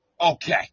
Okay